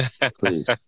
please